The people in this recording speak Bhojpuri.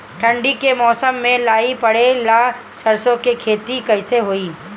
ठंडी के मौसम में लाई पड़े ला सरसो के खेती कइसे होई?